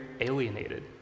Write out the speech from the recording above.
alienated